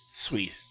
Sweet